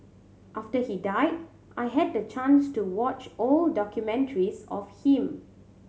after he died I had the chance to watch old documentaries of him